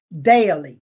daily